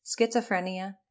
schizophrenia